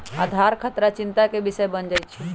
आधार खतरा चिंता के विषय बन जाइ छै